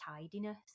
tidiness